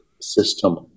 system